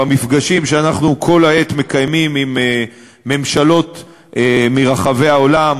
המפגשים שאנחנו כל העת מקיימים עם ממשלות מרחבי העולם,